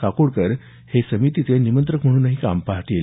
काकोडकर हे समितीचे निमंत्रक म्हणूनही काम पाहतील